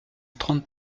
trente